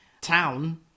town